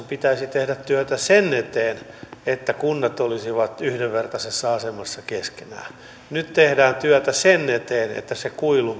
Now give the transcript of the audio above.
pitäisi tehdä työtä sen eteen että kunnat olisivat yhdenvertaisessa asemassa keskenään nyt tehdään työtä sen eteen että se kuilu